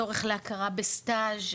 צורך להכרה בסטאז',